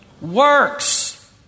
works